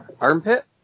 armpit